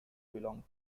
belong